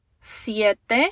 siete